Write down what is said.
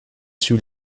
sur